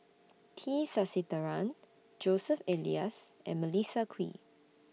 T Sasitharan Joseph Elias and Melissa Kwee